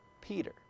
Peter